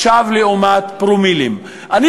לעומת פרומילים עכשיו.